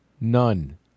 None